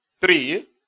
three